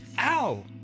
Ow